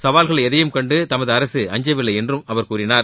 சவால்கள் எதையும் கண்டு தமது அரசு அஞ்சவில்லை என்றும் அவர் கூறினார்